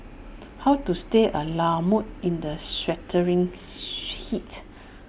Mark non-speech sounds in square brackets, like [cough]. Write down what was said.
how to stay A la mode in the sweltering [unintelligible] heat